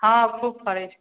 हाँ खूब फड़ै छै